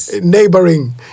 neighboring